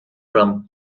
from